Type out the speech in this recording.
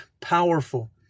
powerful